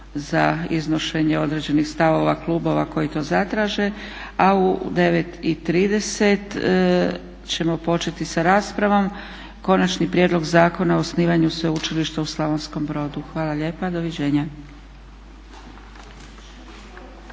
za iznošenje određenih stavova klubova koji to zatraže, a u 9,30 ćemo početi sa raspravom konačni prijedlog Zakona o osnivanju Sveučilišta u Slavonskom Brodu. Hvala lijepa i doviđenja.